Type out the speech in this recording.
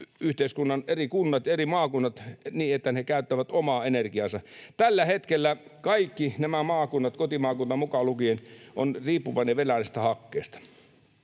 yhteiskunnan, eri kunnat ja eri maakunnat käyttämään omaa energiaansa. Tällä hetkellä kaikki maakunnat — kotimaakuntani mukaan lukien — ovat riippuvaisia venäläisestä hakkeesta.